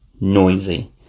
noisy